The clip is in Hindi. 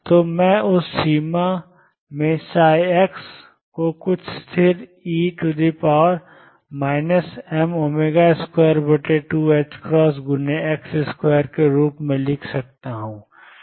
तो मैं उस सीमा मेंx को कुछ स्थिर e mω2ℏx2 के रूप में लिख सकता हूं